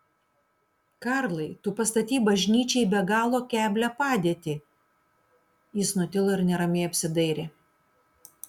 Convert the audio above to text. karlai tu pastatei bažnyčią į be galo keblią padėtį jis nutilo ir neramiai apsidairė